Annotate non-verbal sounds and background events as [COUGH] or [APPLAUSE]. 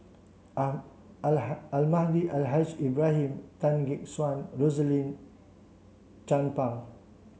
[UNINTELLIGIBLE] Almahdi Al Haj Ibrahim Tan Gek Suan Rosaline Chan Pang